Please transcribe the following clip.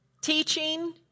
teaching